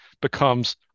becomes